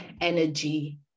energy